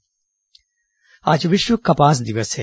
विश्व कपास दिवस आज विश्व कपास दिवस है